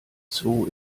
zoo